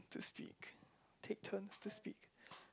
to speak take turn to speak